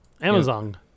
Amazon